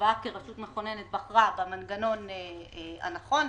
בכובעה כרשות מכוננת, בחרה במנגנון הנכון,